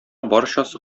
барчасы